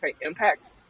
impact